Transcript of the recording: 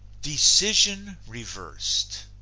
decision reversed